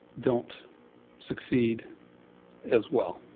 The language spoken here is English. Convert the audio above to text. don't succeed as well.